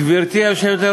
אף פעם אל תצחק.